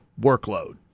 workload